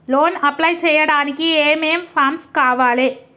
Loan apply చేయడానికి ఏం ఏం ఫామ్స్ కావాలే?